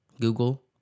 Google